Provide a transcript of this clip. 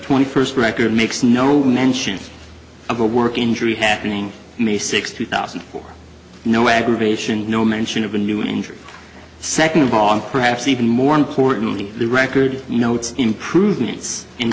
twenty first record makes no mention of a work injury happening may sixth two thousand and four no aggravation no mention of a new injury second of all and perhaps even more importantly the record notes improvement